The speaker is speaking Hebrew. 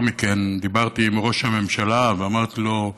מכן דיברתי עם ראש הממשלה ואמרתי לו: